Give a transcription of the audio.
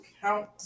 Count